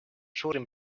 suurim